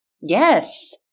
Yes